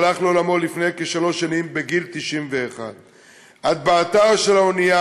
שהלך לעולמו לפני כשלוש שנים בגיל 91. הטבעתה של האונייה